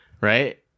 Right